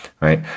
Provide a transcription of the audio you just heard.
right